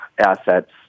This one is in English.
assets